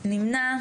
נמנע?